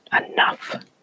enough